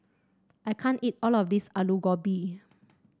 I can't eat all of this Aloo Gobi